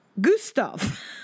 Gustav